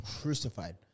crucified